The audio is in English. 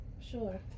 Sure